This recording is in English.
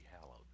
hallowed